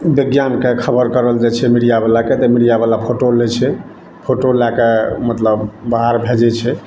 बिज्ञानके खबर करल जाइ छै मीडियाबलाके तऽ मीडियाबला फोटो लै छै फोटो लए कए मतलब बाहर भेजै छै